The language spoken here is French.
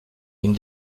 une